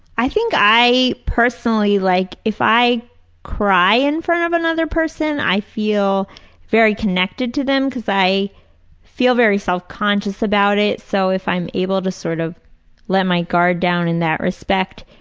i think i personally like if i cry in front of another person, i feel very connected to them because i feel very self-conscious about it, so if i'm able to sort of let my guard down in that respect,